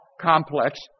Complex